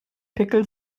pickel